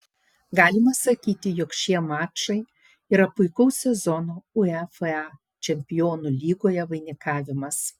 galima sakyti jog šie mačai yra puikaus sezono uefa čempionų lygoje vainikavimas